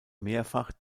mehrfach